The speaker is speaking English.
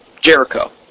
Jericho